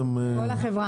כל החברה.